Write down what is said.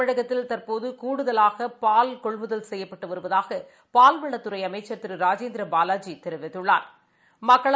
தமிழகத்தில் தற்போதுகூடுதலாகபால் செய்யப்பட்டுவருவதாகபால்வளத்துறைஅமைச்சா் திருராஜேந்திரபாலாஜிதெரிவித்துள்ளாா்